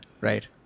Right